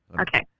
Okay